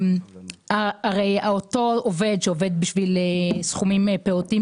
אותו עובד שעובד בשביל סכומים פעוטים